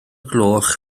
gloch